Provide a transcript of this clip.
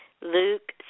Luke